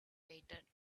waited